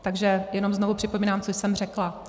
Takže jenom znovu připomínám, co jsem řekla.